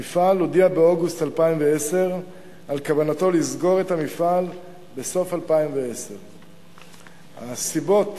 המפעל הודיע באוגוסט 2010 על כוונתו לסגור את המפעל בסוף 2010. הסיבות